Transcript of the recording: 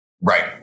Right